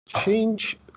change